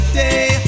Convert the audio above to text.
day